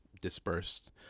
dispersed